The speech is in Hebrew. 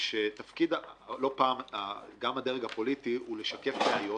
--- לא פעם תפקיד הדרג הפוליטי הוא לשקף בעיות